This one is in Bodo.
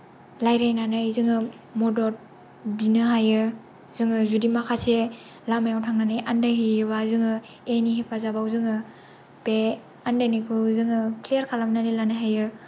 रायज्लारायनानै जोङो मदद बिनो हायो जोङो जुदि माखासे लामायाव थांनानै आन्दायहैयोब्ला जोङो ए आइ नि हेफाजाबाव जोङो बे आन्दायनायखौ जोङो क्लेयार खालामनानै लानो हायो